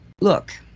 look